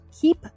keep